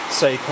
say